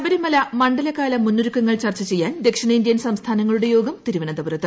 ശബരിമല മണ്ഡല്ക്ാല മുന്നൊരുക്കങ്ങൾ ന് ചർച്ചചെയ്യാൻ ദക്ഷിണേന്ത്യൻ സംസ്ഥാനങ്ങളുടെ യോഗം തിരുവന്തപുരത്ത്